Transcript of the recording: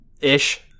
Ish